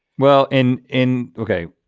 well in in okay,